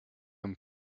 him